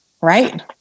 Right